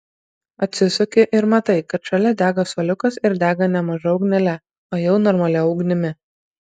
atsisuki ir matai kad šalia dega suoliukas ir dega ne maža ugnele o jau normalia ugnimi